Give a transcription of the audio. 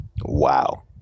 Wow